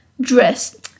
dress